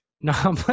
No